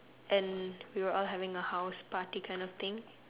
and we were all having a house party kind of thing